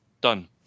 Done